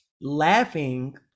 laughing